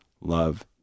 love